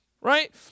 right